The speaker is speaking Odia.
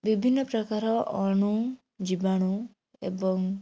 ବିଭିନ୍ନ ପ୍ରକାର ଅଣୁ ଜୀବାଣୁ ଏବଂ